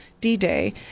D-Day